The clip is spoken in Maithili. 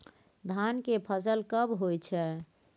धान के फसल कब होय छै?